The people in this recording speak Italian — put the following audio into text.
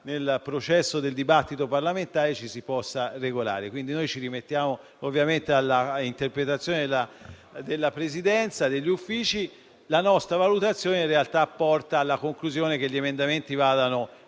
nel corso del dibattito parlamentare ci si possa regolare. Ci rimettiamo ovviamente all'interpretazione della Presidenza e degli Uffici. La nostra valutazione porta alla conclusione che gli emendamenti vadano